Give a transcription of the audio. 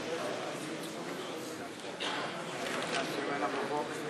מכבדים בקימה את זכרו של המנוח.)